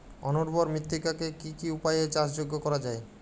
অনুর্বর মৃত্তিকাকে কি কি উপায়ে চাষযোগ্য করা যায়?